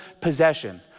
possession